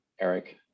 Eric